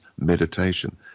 meditation